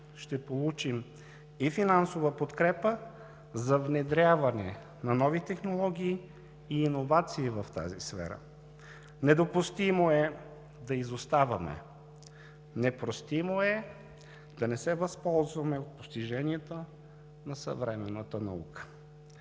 ще получим и финансова подкрепа за внедряване на нови технологии и иновации в тази сфера. Недопустимо е да изоставаме, непростимо е да не се възползваме от постиженията на съвременната наука.